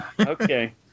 Okay